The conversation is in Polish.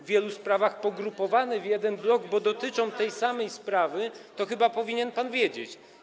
w wielu wypadkach pogrupowane w jeden blok, bo dotyczą tej samej sprawy, chyba powinien pan wiedzieć.